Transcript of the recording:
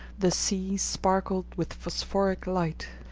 the sea sparkled with phosphoric light,